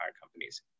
companies